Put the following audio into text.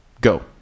go